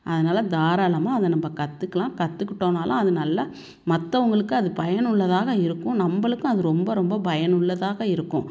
அதனால் தாராளமாக அதை நம்ம கற்றுக்கலாம் கற்றுக்கிட்டோனாலும் அது நல்ல மற்றவங்களுக்கு அது பயனுள்ளதாக இருக்கும் நம்மளுக்கும் அது ரொம்ப ரொம்பப் பயனுள்ளதாக இருக்கும்